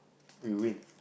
we win